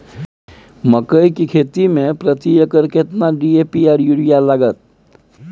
मकई की खेती में प्रति एकर केतना डी.ए.पी आर यूरिया लागत?